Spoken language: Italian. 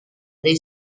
dei